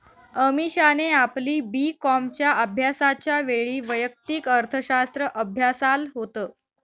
अमीषाने आपली बी कॉमच्या अभ्यासाच्या वेळी वैयक्तिक अर्थशास्त्र अभ्यासाल होत